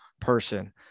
person